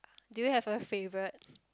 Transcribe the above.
do you have a favourite